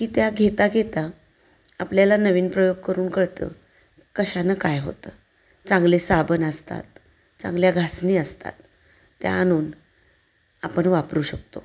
की त्या घेता घेता आपल्याला नवीन प्रयोग करून कळतं कशानं काय होतं चांगले साबण असतात चांगल्या घासणी असतात त्या आणून आपण वापरू शकतो